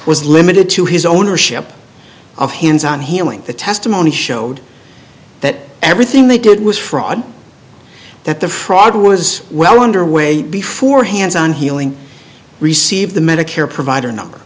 was limited to his ownership of hands on healing the testimony showed that everything they did was fraud that the fraud was well underway before hands on healing received the medicare provider number